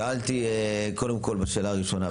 שאלתי קודם כל בשאלה הראשונה,